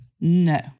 no